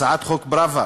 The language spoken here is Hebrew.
הצעת חוק פראוור,